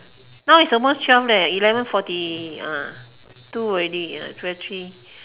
now is almost twelve leh eleven forty ah two already ya three